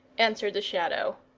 answered the shadow.